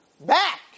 back